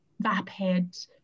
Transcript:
vapid